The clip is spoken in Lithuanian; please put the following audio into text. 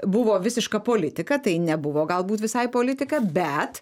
buvo visiška politika tai nebuvo galbūt visai politika bet